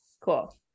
Cool